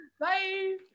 Bye